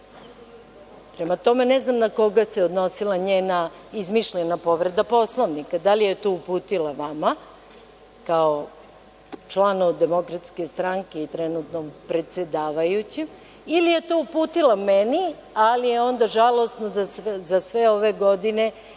Prema tome, ne znam na koga se odnosila njena izmišljena povreda Poslovnika. Da li je to uputila vama, kao članu Demokratske stranke i trenutnom predsedavajućem, ili je to uputila meni, ali je onda žalosno da za sve ove godine